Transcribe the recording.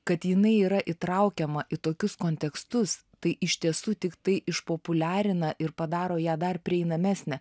kad jinai yra įtraukiama į tokius kontekstus tai iš tiesų tiktai išpopuliarina ir padaro ją dar prieinamesnę